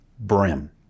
brim